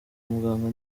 muganga